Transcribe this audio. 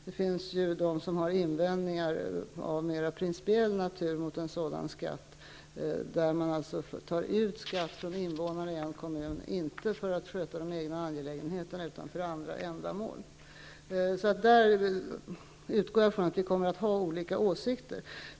Det finns de som har invändningar av mera principiell natur mot en sådan skatt, där man alltså tar ut skatt från invånare i en kommun, inte för att sköta de egna angelägenheterna, utan för andra ändamål. Där utgår jag från att vi kommer att ha olika åsikter.